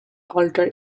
alter